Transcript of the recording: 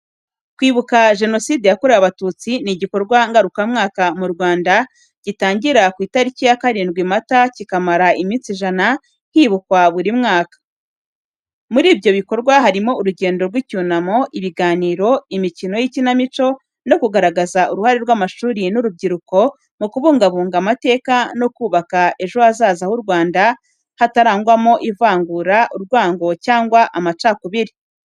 Kwibuka Jenoside yakorewe Abatutsi ni igikorwa ngarukamwaka mu Rwanda gitangira ku itariki ya karindwi Mata kikamara iminsi ijana, hibukwa buri mwaka. Muri ibyo bikorwa harimo urugendo rw’icyunamo, ibiganiro, imikino y’ikinamico, no kugaragaza uruhare rw’amashuri n’urubyiruko mu kubungabunga amateka no kubaka ejo hazaza h’u Rwanda hatarangwamo ivangura, urwango cyangwa amacakubiri.